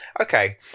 Okay